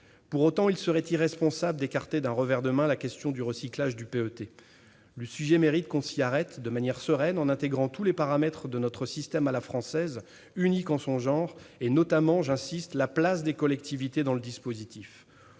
Pour autant, il serait irresponsable d'écarter d'un revers de main la question du recyclage du PET. Le sujet mérite qu'on s'y arrête de manière sereine, en intégrant tous les paramètres d'un système à la française unique en son genre, notamment en raison de la place des collectivités dans le dispositif.